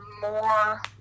more